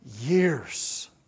years